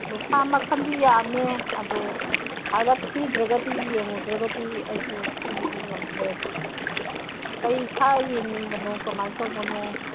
ꯑꯗꯨ ꯁꯥ ꯃꯈꯜꯗꯤ ꯌꯥꯝꯃꯦ ꯑꯗꯨ ꯍꯥꯏꯔꯞ ꯊꯤꯗ꯭ꯔꯒꯗꯤ ꯌꯦꯡꯂꯨꯗ꯭ꯔꯒꯗꯤ ꯑꯩꯁꯨ ꯉꯝꯗ꯭ꯔꯦ ꯀꯔꯤ ꯁꯥ ꯌꯦꯡꯅꯤꯡꯕꯅꯣ ꯀꯃꯥꯏꯅ ꯇꯧꯕꯅꯣ